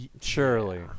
Surely